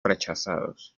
rechazados